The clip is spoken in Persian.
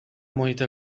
محیط